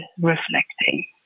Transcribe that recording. reflecting